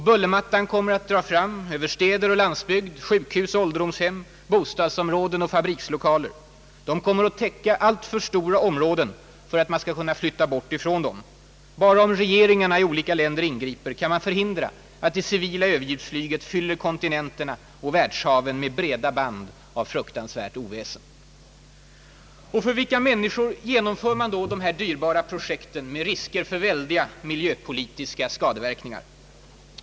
Bullermattan kommer att dra fram över städer och landsbygd, sjukhus och ålderdomshem, bostadsområden och fabrikslokaler. Den kommer att täcka alltför stora områden för att man skall kunna flytta bort ifrån dem. Bara om regeringarna i olika länder ingriper, kan man förhindra att det civila överljudsflyget fyller kontinenterna och världshaven med breda band av fruktansvärt oväsen. För vilka människor genomför man då dessa dyrbara projekt med risker för väldiga miljöpolitiska skadeverkningar?